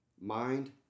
mind